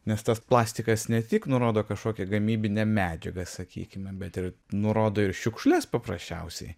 nes tas plastikas ne tik nurodo kažkokią gamybinę medžiagą sakykime bet ir nurodo ir šiukšles paprasčiausiai